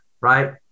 right